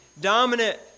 Dominant